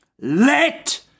Let